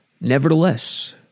Nevertheless